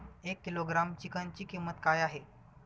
एक किलोग्रॅम चिकनची किंमत काय आहे?